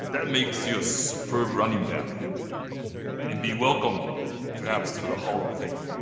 that makes you a superb running back and be welcomed perhaps to the hall of fame.